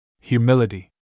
Humility